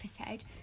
episode